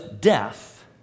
death